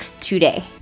today